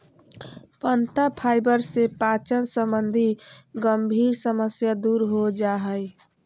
पत्ता फाइबर से पाचन संबंधी गंभीर समस्या दूर हो जा हइ